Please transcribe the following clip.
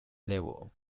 level